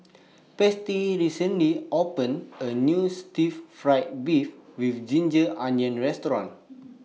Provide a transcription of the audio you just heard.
Patsy recently opened A New Stir Fry Beef with Ginger Onions Restaurant